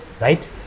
right